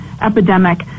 epidemic